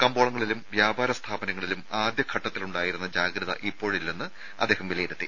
കമ്പോളങ്ങളിലും വ്യാപാര സ്ഥാപനങ്ങളിലും ആദ്യഘട്ടത്തിലുണ്ടായിരുന്ന ജാഗ്രത ഇപ്പോഴില്ലെന്ന് അദ്ദേഹം വിലയിരുത്തി